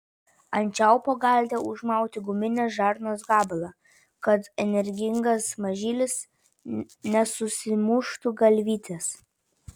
ant čiaupo galite užmauti guminės žarnos gabalą kad energingas mažylis nesusimuštų galvytės